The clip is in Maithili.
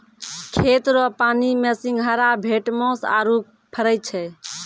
खेत रो पानी मे सिंघारा, भेटमास आरु फरै छै